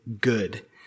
good